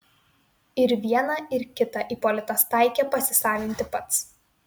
ir vieną ir kitą ipolitas taikė pasisavinti pats